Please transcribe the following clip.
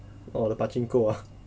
oh the pachinko ah